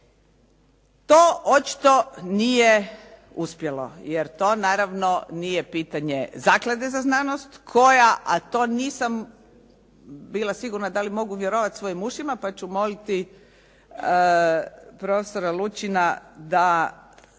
To očito nije uspjelo jer to naravno nije pitanje zaklade za znanost koja a to nisam bila sigurna da li mogu vjerovati svojim ušima pa ću moliti profesora Lučina da